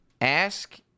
Ask